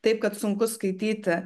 taip kad sunku skaityti